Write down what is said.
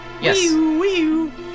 Yes